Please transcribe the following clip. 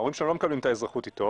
ההורים שלו לא מקבלים את האזרחות אתו.